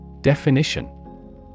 Definition